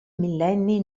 millenni